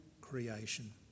creation